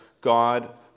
God